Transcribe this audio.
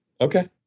Okay